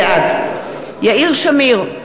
בעד יאיר שמיר,